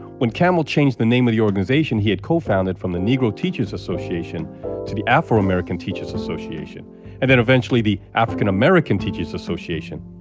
when campbell changed the name of the organization he had co-founded from the negro teachers association to the afro-american teachers association and then eventually the african-american teachers association,